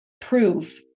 prove